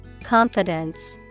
Confidence